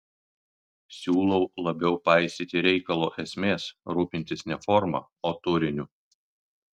siūlau labiau paisyti reikalo esmės rūpintis ne forma o turiniu